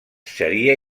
seria